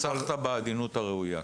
התנסחת בזהירות הראויה.